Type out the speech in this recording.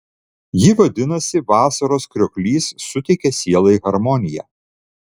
ji vadinasi vasaros krioklys suteikia sielai harmoniją